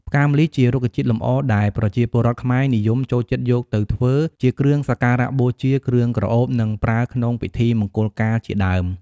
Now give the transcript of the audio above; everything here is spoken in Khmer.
ផ្កាម្លិះ ជារុក្ខជាតិលម្អ ដែលប្រជាពលរដ្ឋខ្មែរនិយមចូលចិត្តយកទៅធ្វើជាគ្រឿងសក្ការបូជា គ្រឿងក្រអូប និងប្រើក្នុងពិធីមង្គលការជាដើម។